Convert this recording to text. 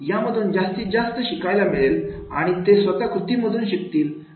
यामधून जास्तीत जास्त शिकायला मिळेल आणि ते स्वतः कृतीमधून शिकतील